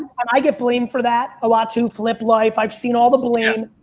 and i get blamed for that a lot too. flip life, i've seen all the blame.